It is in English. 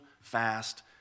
fast